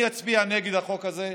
אני אצביע נגד החוק הזה,